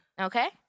Okay